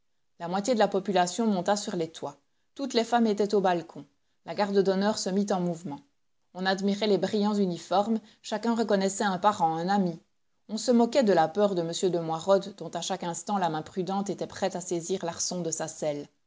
la moitié de la population monta sur les toits toutes les femmes étaient aux balcons la garde d'honneur se mit en mouvement on admirait les brillants uniformes chacun reconnaissait un parent un ami on se moquait de la peur de m de moirod dont à chaque instant la main prudente était prête à saisir l'arçon de sa selle